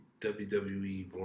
WWE